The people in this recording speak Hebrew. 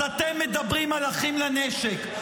אז אתם מדברים על אחים לנשק.